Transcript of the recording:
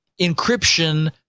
encryption